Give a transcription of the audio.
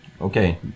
Okay